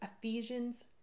Ephesians